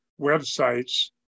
websites